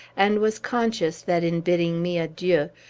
and was conscious that, in bidding me adieu,